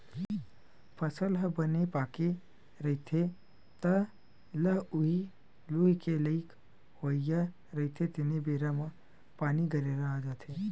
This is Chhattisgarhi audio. फसल ह बने पाकगे रहिथे, तह ल उही लूए के लइक होवइया रहिथे तेने बेरा म पानी, गरेरा आ जाथे